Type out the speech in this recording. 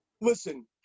listen